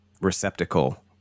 receptacle